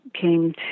came